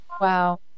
Wow